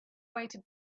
waited